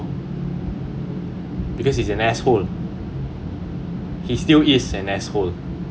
so because he's an asshole he's still is an asshole